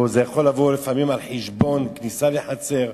או זה יכול לבוא לפעמים על חשבון כניסה לחצר,